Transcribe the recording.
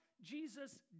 jesus